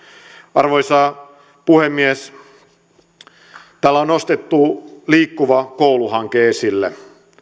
arvoisa puhemies täällä on nostettu liikkuva koulu hanke esille